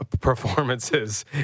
performances